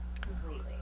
completely